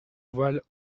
voiles